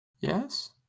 Yes